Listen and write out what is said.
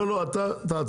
לא, לא, אתה תעצור.